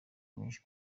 myinshi